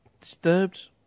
Disturbed